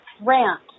rant